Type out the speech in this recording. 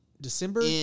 December